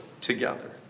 together